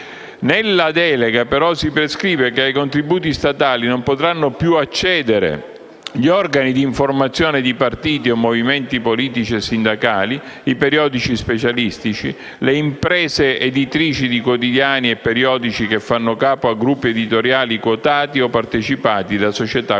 Nella delega, però, si prescrive che ai contributi statali non potranno più accedere gli organi di informazione di partiti o movimenti politici e sindacali, i periodici specialistici, le imprese editrici di quotidiani e periodici che fanno capo a gruppi editoriali quotati o partecipati da società quotate